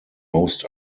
most